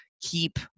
keep